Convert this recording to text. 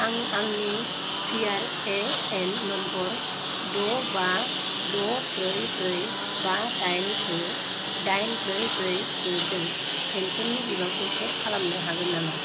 आं आंनि P R A N number द' बा द' ब्रै ब्रै बा दाइन गु दाइन ब्रै ब्रै गुजों पेन्सननि बिबांखौ चेक खालामनो हागोन नामा